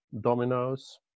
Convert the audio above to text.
dominoes